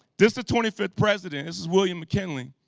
this the twenty fifth president, this is william mckinley.